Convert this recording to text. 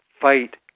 fight